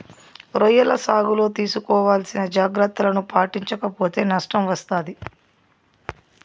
రొయ్యల సాగులో తీసుకోవాల్సిన జాగ్రత్తలను పాటించక పోతే నష్టం వస్తాది